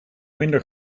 minder